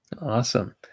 awesome